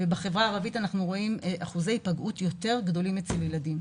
ובחברה הערבית אנחנו רואים אחוזי היפגעות יותר גדולים אצל ילדים,